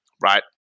Right